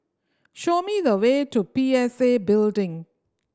show me the way to P S A Building